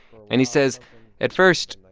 and he says at first,